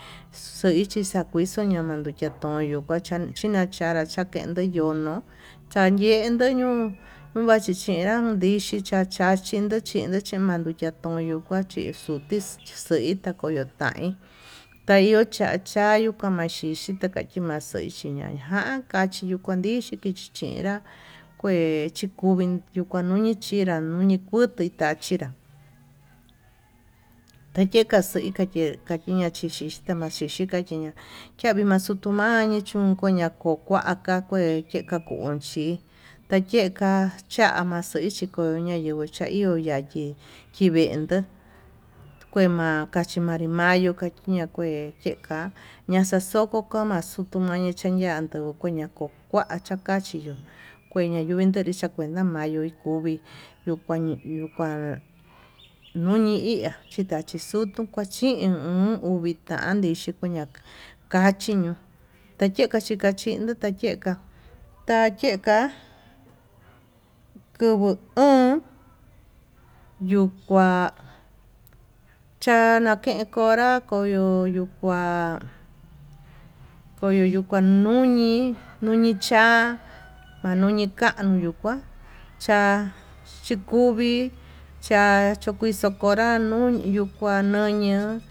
Xui takuandixhi namanduxhia tón yukuacha chinachanra cha'a kenduu yuu nuu, chayenda ñuu vachindera ndichi chacha chí kundun chindo chimayuya kuá chixuti chin xakuyu xaí tayuu chachayó machichi takaxi maxaí, ixiñajan kachiyo kuan ndixhi kachinrá kue chikuvi kundan chunri chinrá nuñi kutitachinrá tayeka xeí kayei kakiña xhite tamaxeí xhika teña, ñamii maxeñani nuu kuña ko kuaka he cheña konxi tayeka xai mache xiko uu ñayenguo tachio ya'a yaye kivindó kue ma'a kachi manri mayuu kuakenda ke'e, yeka mamaxaxoto kamaxutu mayan chayando kuña'a ko'o kua takachi yo'ó kue yanyuu takuenta mayuu kuvii yuu kuan yuu kuan nuñii itá chindá, chixudu kuachin u un uvii tandi tukuña'a kaxhinño tayeka chikachindo tayeka tayeka kuvuu uun yuu kua chanaken konrá koyo yuu kuan koyo yuu kuan nuñi, nuni cha'a manuñi kanyuu kua cha'a chikuvi chachu kui xokonra nuu yuu nukua noño'o.